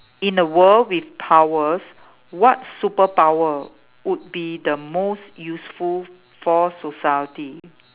in a world with powers what superpower would be the most useful for society